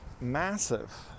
Massive